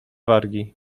wargi